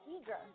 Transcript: eager